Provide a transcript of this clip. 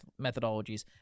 methodologies